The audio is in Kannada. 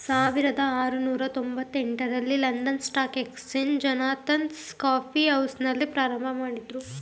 ಸಾವಿರದ ಆರುನೂರು ತೊಂಬತ್ತ ಎಂಟ ರಲ್ಲಿ London Stock Exchange Jonathan's Coffee ಹೌಸ್ನಲ್ಲಿ ಪ್ರಾರಂಭಮಾಡಿದ್ರು